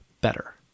better